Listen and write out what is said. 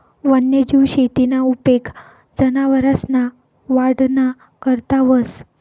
वन्यजीव शेतीना उपेग जनावरसना वाढना करता व्हस